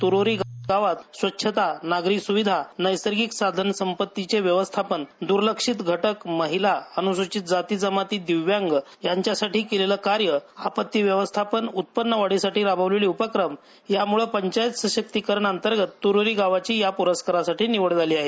तुरोरी गावात स्वच्छता नागरी सुविधा नैसर्गिक साधन संपत्तीचे व्यवस्थापन दर्लक्षित घटक महिला अनुसूचित जाती जमाती दिव्यांग यांच्यासाठी केलेलं कार्य आपत्ती व्यवस्थापन उत्पन्नवाढीसाठी राबवलेले उपक्रम यामुळे पंचायत सशक्तीकरण अंतर्गत त्रोरी गावाची या प्रस्कारासाठी निवड झाली आहे